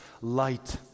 light